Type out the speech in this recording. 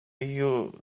you